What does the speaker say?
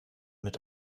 mit